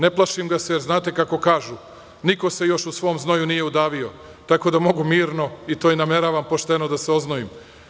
Ne plašim ga se, jer znate kako kažu – niko se još u svom znoju nije udavio, tako da mogu mirno, to i nameravam, pošteno da se oznojim.